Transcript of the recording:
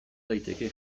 daiteke